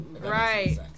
Right